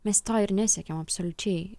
mes to ir nesiekiam absoliučiai